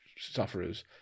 sufferers